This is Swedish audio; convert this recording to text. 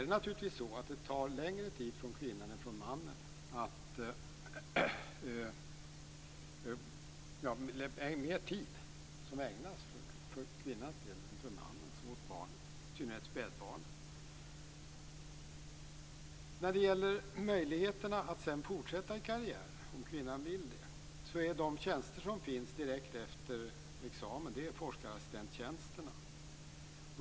Det blir naturligtvis längre tid för kvinnans del än för mannens som ägnas åt barnet, i synnerhet spädbarnet. När det gäller möjligheterna att sedan fortsätta karriären, om kvinnan vill det, är de tjänster som finns direkt efter examen forskarassistenttjänster.